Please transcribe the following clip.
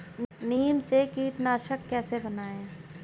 नीम से कीटनाशक कैसे बनाएं?